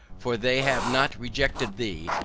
for they have not rejected thee,